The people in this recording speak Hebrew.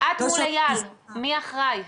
--- את מול אייל מי אחראי?